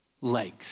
legs